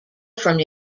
from